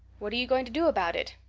what are you going to do about it?